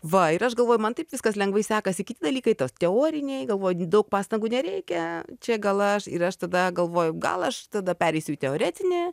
va ir aš galvoju man taip viskas lengvai sekasi kiti dalykai tas teoriniai galvoju daug pastangų nereikia čia gal aš ir aš tada galvoju gal aš tada pereisiu į teoretinį